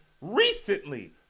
recently